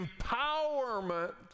empowerment